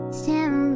stand